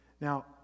Now